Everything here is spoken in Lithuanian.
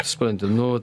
supranti nu